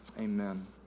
Amen